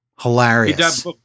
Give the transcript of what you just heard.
Hilarious